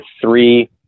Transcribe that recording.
three